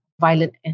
violent